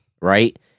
right